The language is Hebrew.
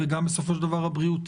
וגם בסופו של דבר הבריאותי,